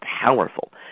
powerful